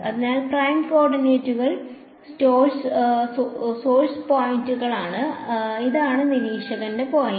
അതിനാൽ പ്രൈം കോർഡിനേറ്റുകൾ സോഴ്സ് പോയിന്റുകളാണ് ഇതാണ് നിരീക്ഷക പോയിന്റ്